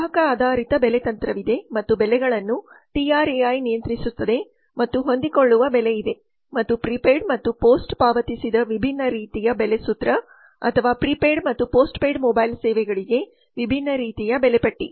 ಗ್ರಾಹಕ ಆಧಾರಿತ ಬೆಲೆ ತಂತ್ರವಿದೆ ಮತ್ತು ಬೆಲೆಗಳನ್ನು TRAI ನಿಯಂತ್ರಿಸುತ್ತದೆ ಮತ್ತು ಹೊಂದಿಕೊಳ್ಳುವ ಬೆಲೆ ಇದೆ ಮತ್ತು ಪ್ರಿಪೇಯ್ಡ್ ಮತ್ತು ಪೋಸ್ಟ್ ಪಾವತಿಸಿದ ವಿಭಿನ್ನ ರೀತಿಯ ಬೆಲೆ ಸೂತ್ರ ಅಥವಾ ಪ್ರಿಪೇಯ್ಡ್ ಮತ್ತು ಪೋಸ್ಟ್ ಪೇಯ್ಡ್ ಮೊಬೈಲ್ ಸೇವೆಗಳಿಗೆ ವಿಭಿನ್ನ ರೀತಿಯ ಬೆಲೆ ಪಟ್ಟಿ